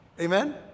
Amen